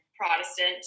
Protestant